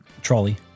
Trolley